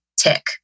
tick